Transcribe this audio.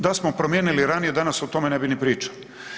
Da smo promijenili ranije danas o tome ne bi ni pričali.